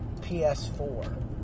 PS4